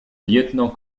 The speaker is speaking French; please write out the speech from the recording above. lieutenant